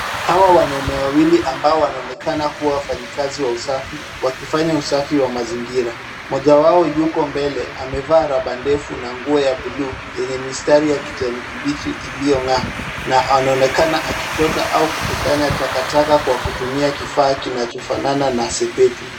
Hawa wanaume wawili ambao wanaonekana kuwa wafanyikazi wa usafi wakifanya usafi wa mazingira. Mmoja wao yuko mbele amevaa rubber ndefu na nguo ya buluu yenye mistari ya kijani kibichi iliyong'aa na anaonekana akichota au kukusanya takataka kwa kutumia kifaa kinachofanana na sepetu.